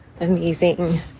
amazing